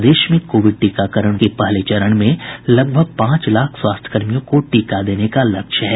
प्रदेश में कोविड टीकाकरण के पहले चरण में लगभग पांच लाख स्वास्थ्यकर्मियों को टीका देने का लक्ष्य है